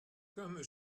comme